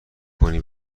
کنی